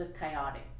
chaotic